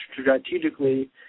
strategically